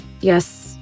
Yes